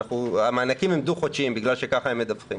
המענקים הם דו-חודשיים, כי ככה הם מדווחים.